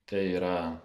tai yra